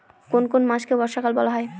কোন কোন মাসকে বর্ষাকাল বলা হয়?